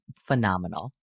phenomenal